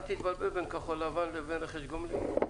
אל תתבלבל בין כחול-לבן לבין רכש גומלין.